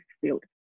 field